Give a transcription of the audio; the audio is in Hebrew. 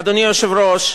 אדוני היושב-ראש,